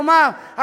כלומר,